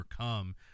overcome